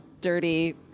dirty